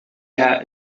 air